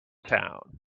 town